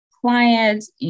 clients